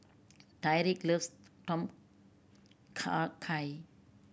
Tyrik loves Tom Kha Gai